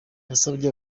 yasabye